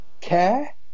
care